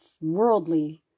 worldly